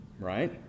Right